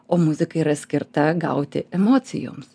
o muzika yra skirta gauti emocijoms